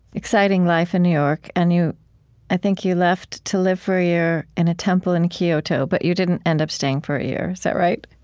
exciting life in new york, and i think you left to live for a year in a temple in kyoto, but you didn't end up staying for a year. is that right?